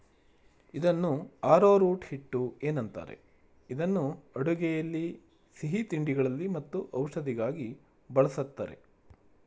ಇದನ್ನು ಆರೋರೂಟ್ ಹಿಟ್ಟು ಏನಂತಾರೆ ಇದನ್ನು ಅಡುಗೆಯಲ್ಲಿ ಸಿಹಿತಿಂಡಿಗಳಲ್ಲಿ ಮತ್ತು ಔಷಧಿಗಾಗಿ ಬಳ್ಸತ್ತರೆ